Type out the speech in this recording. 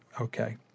Okay